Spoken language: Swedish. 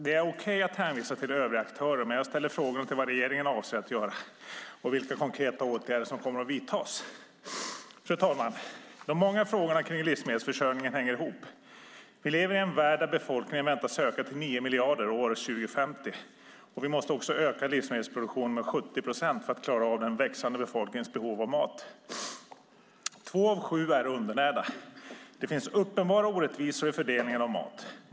Det är okej att hänvisa till övriga aktörer, men jag ställer frågor om vad regeringen avser att göra och vilka konkreta åtgärder som kommer att vidtas. Fru talman! De många frågorna kring livsmedelsförsörjningen hänger ihop. Vi lever i en värld där befolkningen väntas öka till nio miljarder år 2050, och vi måste öka livsmedelsproduktionen med 70 procent för att klara av den växande befolkningens behov av mat. Två av sju är undernärda. Det finns uppenbara orättvisor i fördelningen av mat.